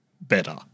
better